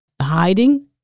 hiding